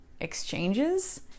exchanges